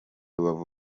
rubavu